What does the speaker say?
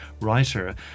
writer